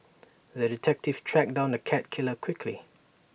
the detective tracked down the cat killer quickly